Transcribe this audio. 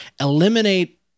Eliminate